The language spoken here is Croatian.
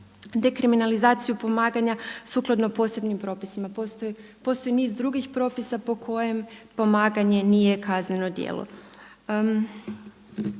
dekriminalizaciju pomaganja sukladno posebnim propisima. Postoji niz drugih propisa po kojem pomaganje nije kazneno djelo.